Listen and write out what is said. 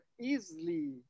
easily